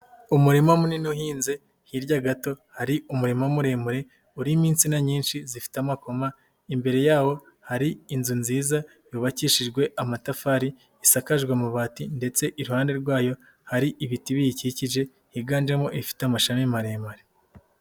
Umurima munini uhinze hirya gato hari umurima muremure urimo insina nyinshi zifite amakoma, imbere yawo hari inzu nziza yubakishijwe amatafari isakajwe amabati ndetse iruhande rwayo hari ibiti biyikikije higanjemo ibifite amashami maremare.